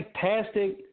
fantastic